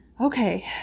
Okay